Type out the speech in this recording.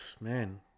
man